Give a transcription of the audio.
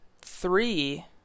three